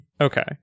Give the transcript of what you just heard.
Okay